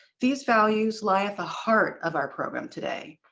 these values lie at the heart of our program today.